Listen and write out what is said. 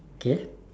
okay